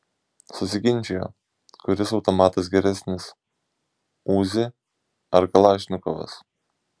susiginčijo kuris automatas geresnis uzi ar kalašnikovas